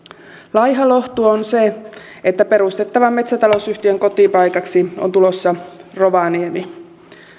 laiha lohtu on se että perustettavan metsätalousyhtiön kotipaikaksi on tulossa rovaniemi